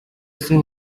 есөн